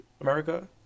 America